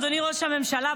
אדוני ראש הממשלה,